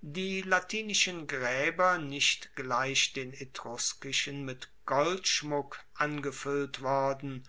die latinischen graeber nicht gleich den etruskischen mit goldschmuck angefuellt worden